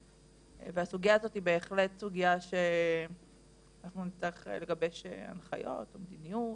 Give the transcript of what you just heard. והסוגייה הזאת היא בהחלט סוגייה שאנחנו נצטרך לגבש הנחיות או מדיניות,